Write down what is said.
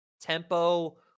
tempo